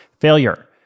failure